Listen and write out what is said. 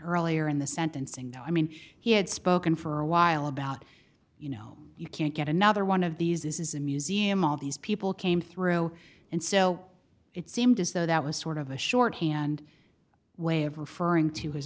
earlier in the sentencing i mean he had spoken for a while about you know you can't get another one of these this is a museum all these people came through and so it seemed as though that was sort of a shorthand way of referring to his